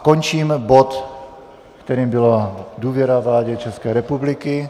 Končím bod, kterým byla důvěra vládě České republiky.